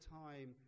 time